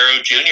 Jr